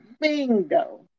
Bingo